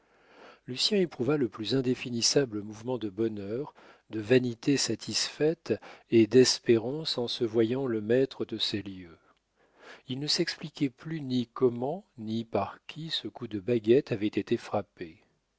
rêve lucien éprouva le plus indéfinissable mouvement de bonheur de vanité satisfaite et d'espérance en se voyant le maître de ces lieux il ne s'expliquait plus ni comment ni par qui ce coup de baguette avait été frappé